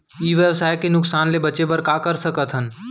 ई व्यवसाय के नुक़सान ले बचे बर का कर सकथन?